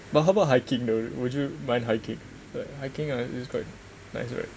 but how about hiking though would you mind hiking like hiking ah it's quite nice right